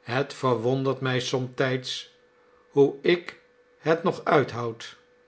het verwondert mij somtijds hoe ik het nog uithoud